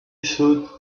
stood